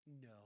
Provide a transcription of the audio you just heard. No